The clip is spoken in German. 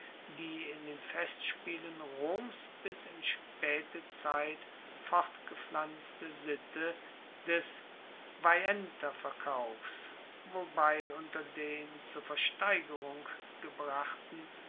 die in den festspielen roms bis in spaete zeit fortgepflanzte sitte des veienterverkaufs wobei unter den zur versteigerung gebrachten